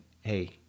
hey